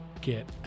Get